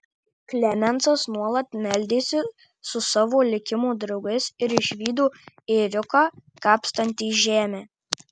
klemensas nuolat meldėsi su savo likimo draugais ir išvydo ėriuką kapstantį žemę